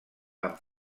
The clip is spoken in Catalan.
amb